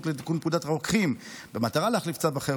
לתיקון פקודת הרוקחים במטרה להחליף צו אחר,